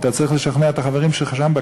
אתה צריך לשכנע את החברים שלך שם,